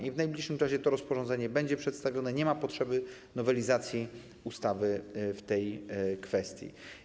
I w najbliższym czasie to rozporządzenie będzie przedstawione, nie ma potrzeby nowelizacji ustawy w tej kwestii.